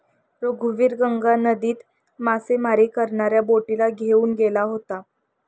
रघुवीर गंगा नदीत मासेमारी करणाऱ्या बोटीला घेऊन गेला होता